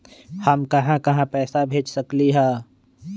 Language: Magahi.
हम कहां कहां पैसा भेज सकली ह?